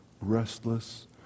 restless